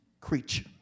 creature